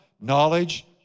Knowledge